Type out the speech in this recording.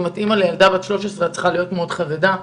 אם את אימא לילדה בת 13 את צריכה להיות חרדה מאוד,